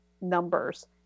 numbers